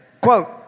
quote